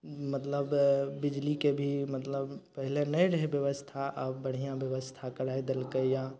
मतलब बिजलीके भी मतलब पहिले नहि रहय व्यवस्था आब बढ़िआँ व्यवस्था कराइ देलकै यऽ